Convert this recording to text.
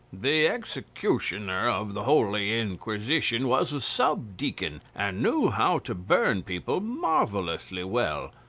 the executioner of the holy inquisition was a sub-deacon, and knew how to burn people marvellously well,